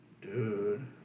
Dude